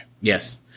Yes